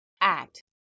act